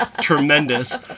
tremendous